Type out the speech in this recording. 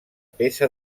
peça